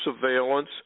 Surveillance